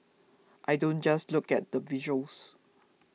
I don't just look at the visuals